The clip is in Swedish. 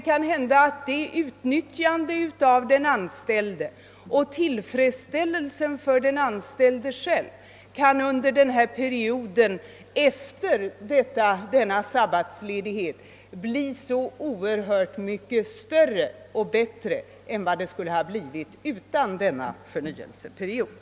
Kanhända utnyttjandet av den anställde och tillfredsställelsen för honom själv under perioden efter sabbatsledigheten kan bli så oerhört mycket större och bättre än om denna förnyelseperiod inte stått till buds.